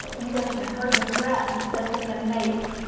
the englishman heard the threat, and said to him mates